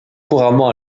couramment